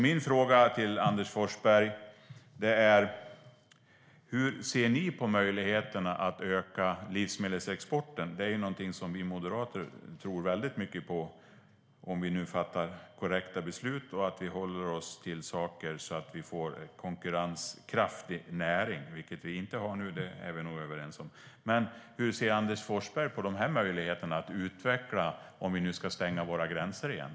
Min fråga till Anders Forsberg är: Hur ser ni på möjligheterna att öka livsmedelsexporten? Det är någonting som vi moderater tror väldigt mycket på, om det fattas korrekta beslut och om vi får en konkurrenskraftig näring, vilket vi inte har nu, det är vi nog överens om. Men hur ser Anders Forsberg på möjligheterna att utveckla landsbygden, om vi nu ska stänga våra gränser igen?